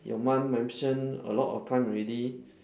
your mum mention a lot of time already